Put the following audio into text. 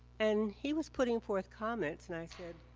and he was putting forth comments and i said,